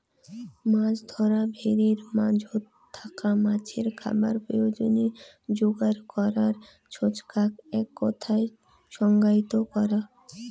মাছ ধরা ভেরির মাঝোত থাকা মাছের খাবার প্রয়োজনে যোগার করার ছচকাক এককথায় সংজ্ঞায়িত করা